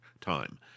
time